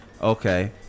okay